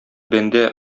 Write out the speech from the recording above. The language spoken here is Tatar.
бәндә